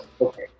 Okay